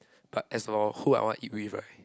but as for who I want eat it with right